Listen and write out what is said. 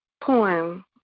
poem